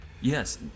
Yes